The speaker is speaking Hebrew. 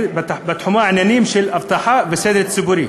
את העניינים בתחום של אבטחה וסדר ציבורי.